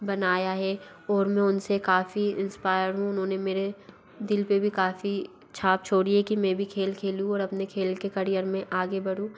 बनाया है और मैं उन से काफ़ी इंस्पायर हूँ उन्होंने मेरे दिल पर भी काफ़ी छाप छोड़ी है कि मैं भी खेल खेलूँ और अपने खेल के कड़ियर में आगे बढ़ूँ